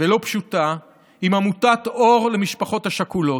ולא פשוטה עם עמותת אור למשפחות השכולות,